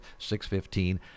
6-15